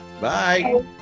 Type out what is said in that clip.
Bye